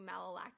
malolactic